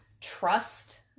trust